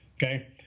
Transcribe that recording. Okay